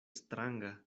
stranga